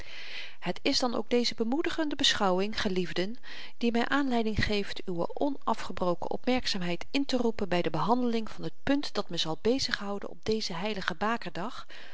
het is dan ook deze bemoedigende beschouwing geliefden die my aanleiding geeft uwe onafgebroken opmerkzaamheid interoepen by de behandeling van het punt dat me zal bezighouden op dezen heiligen bakerdag